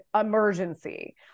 emergency